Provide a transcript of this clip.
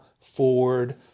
Ford